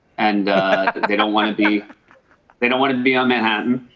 and they don't want to be they don't want to be on manhattan.